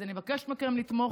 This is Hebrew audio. אז אני מבקשת מכם לתמוך.